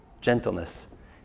gentleness